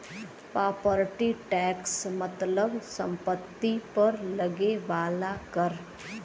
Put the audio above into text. property tax मतलब सम्पति पर लगे वाला कर